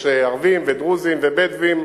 יש ערבים, דרוזים ובדואים,